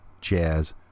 jazz